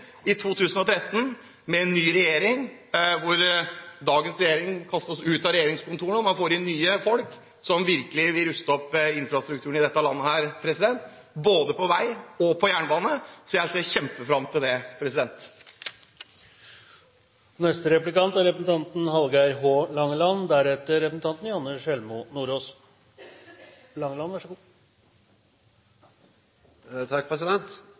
med en ny regjering i 2013, når dagens regjering kastes ut av regjeringskontorene og man får inn nye folk som virkelig vil ruste opp infrastrukturen i dette landet, både på vei og på jernbane. Jeg ser veldig fram til det. Framstegspartiet er imot lyntog i Noreg. No skal me byggja ein ny parsell mot Telemark og Bamble kommune, der representanten